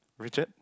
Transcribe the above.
Richard